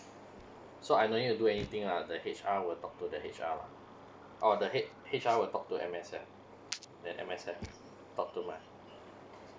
so I don't need to do anything lah the H_R will talk to the H_R lah or the h~ H_R will talk to M_S_F then M_S_F talk to my